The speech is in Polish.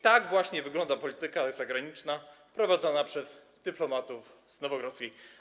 Tak właśnie wygląda polityka zagraniczna prowadzona przez dyplomatów z Nowogrodzkiej.